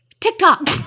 TikTok